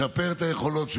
לשפר את היכולות שלו,